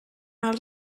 els